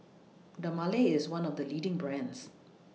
Dermale IS one of The leading brands